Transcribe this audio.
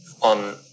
on